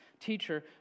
Teacher